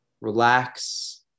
relax